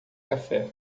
café